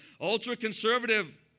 ultra-conservative